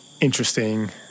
interesting